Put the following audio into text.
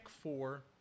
Four